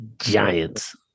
Giants